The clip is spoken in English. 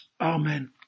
Amen